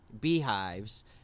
beehives